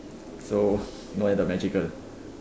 so no have the magical